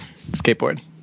skateboard